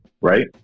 right